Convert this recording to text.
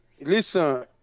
listen